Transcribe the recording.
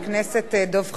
חבר הכנסת דב חנין,